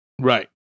Right